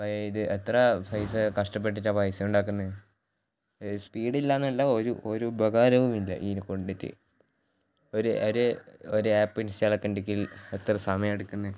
അപ്പോൾ ഇത് എത്ര പൈസ കഷ്ട്ടപ്പെട്ടിട്ടാണ് പൈസ ഉണ്ടാക്കുന്നത് സ്പീഡ് ഇല്ല എന്നല്ല ഒരു ഒരു ഉപകാരവുമില്ല ഇതിനെ കൊണ്ടിട്ട് ഒരു ഒരു ഒരു ആപ്പ് ഇൻസ്റ്റാൾ ആക്കണ്ടെങ്കിൽ എത്ര സമയമാണ് എടുക്കുന്നത്